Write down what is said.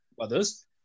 others